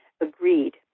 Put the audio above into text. agreed